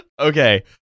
Okay